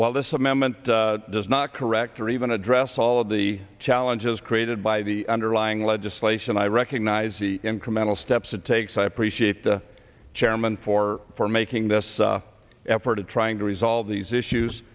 while this amendment does not correct or even address all of the challenges created by the underlying legislation i recognize the incremental steps it takes i appreciate the chairman for for making this effort of trying to resolve these issues